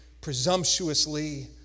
presumptuously